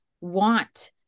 want